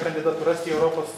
kandidatūras į europos